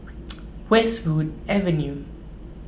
Westwood Avenue